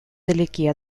далеки